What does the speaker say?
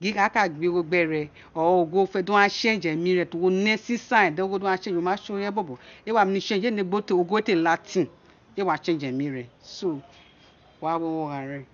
gin aka gbe ogho gbere wo gin ogho owun re fe change emi re tori ino sisan ren di ogho do ra change ro, oma sé ireye bobo éè wa némi change ro ene gbi ogho wé té la tin éè wa change enyi re so wa wé o gha ren